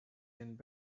and